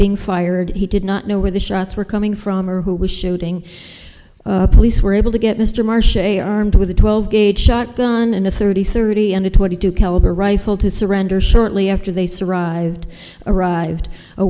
being fired he did not know where the shots were coming from or who was shooting police were able to get mr marsh a armed with a twelve gauge shotgun and a thirty thirty and a twenty two caliber rifle to surrender shortly after they survived arrived a